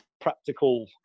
practical